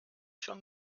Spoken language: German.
schon